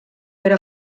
era